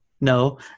No